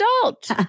adult